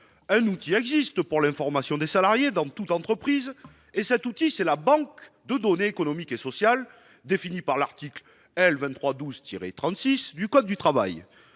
Un outil existe pour informer les salariés dans toute entreprise : la banque de données économiques et sociales, définie par l'article L. 2312-36 du code du travail.